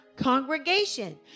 Congregation